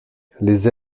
les